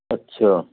ਅੱਛਾ